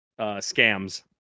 Scams